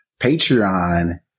Patreon